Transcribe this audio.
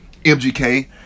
MGK